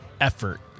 effort